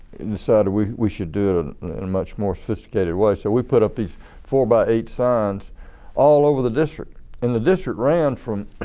decided we we should do it and in a much more sophisticated way. so we put up this four by eight signs all over the district and the district ran from